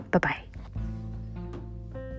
bye-bye